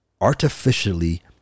artificially